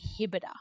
inhibitor